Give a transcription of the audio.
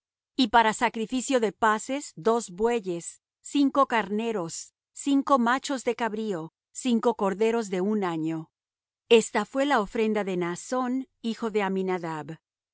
y para sacrificio de paces dos bueyes cinco carneros cinco machos de cabrío cinco corderos de un año esta fué la ofrenda de elisama hijo de ammiud